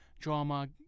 drama